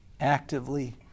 Actively